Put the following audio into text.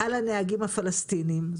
על הנהגים הפלסטינים.